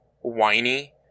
whiny